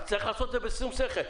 יש לעשות זאת בשום שכל.